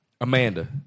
Amanda